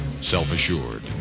Self-assured